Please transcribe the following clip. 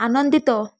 ଆନନ୍ଦିତ